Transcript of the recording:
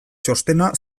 txostena